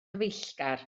cyfeillgar